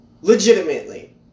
Legitimately